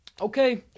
Okay